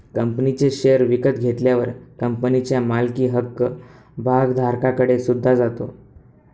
कंपनीचे शेअर विकत घेतल्यावर कंपनीच्या मालकी हक्क भागधारकाकडे सुद्धा जातो